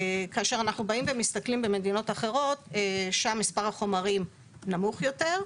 כאשר אנחנו באים ומסתכלים במדינות אחרות שם מספר החומרים נמוך יותר.